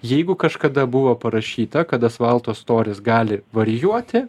jeigu kažkada buvo parašyta kad asfalto storis gali varijuoti